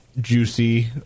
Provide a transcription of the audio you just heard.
juicy